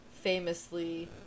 famously